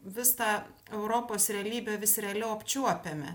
vis tą europos realybę vis realiau apčiuopiame